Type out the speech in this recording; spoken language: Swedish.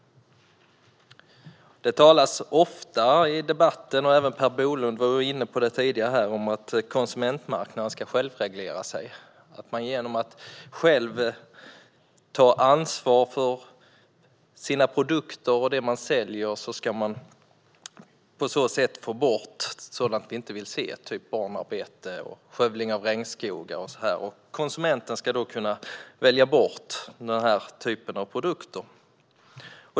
Det talas ofta i debatten om, och även Per Bolund var inne på det tidigare, att konsumentmarknaderna ska självreglera sig. Genom att man på marknaderna själv tar ansvar för sina produkter och det man säljer ska vi få bort sådant vi inte vill se av typen barnarbete och skövling av regnskogar. Konsumenten ska kunna välja bort den typen av produkter.